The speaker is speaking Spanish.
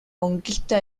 conquista